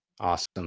awesome